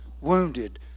wounded